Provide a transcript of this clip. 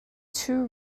two